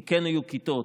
כי כן יהיו כיתות